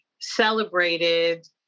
celebrated